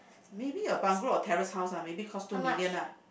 maybe a bungalow or terrace house lah maybe costs two million ah